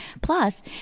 Plus